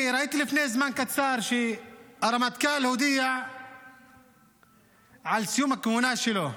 ראיתי לפני זמן קצר שהרמטכ"ל הודיע על סיום הכהונה שלו.